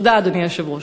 תודה, אדוני היושב-ראש.